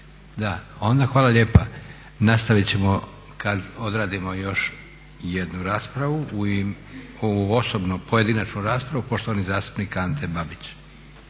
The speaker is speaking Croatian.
Onda hvala lijepa, nastavit ćemo kad odradimo još jednu raspravu. Pojedinačna rasprava, poštovani zastupnik Ante Babić.